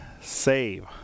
save